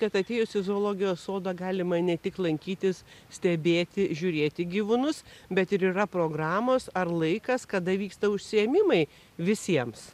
kad atėjus į zoologijos sodą galima ne tik lankytis stebėti žiūrėti gyvūnus bet ir yra programos ar laikas kada vyksta užsiėmimai visiems